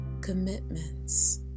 commitments